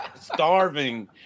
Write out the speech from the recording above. starving